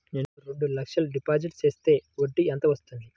నేను రెండు లక్షల డిపాజిట్ చేస్తే వడ్డీ ఎంత వస్తుంది?